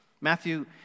Matthew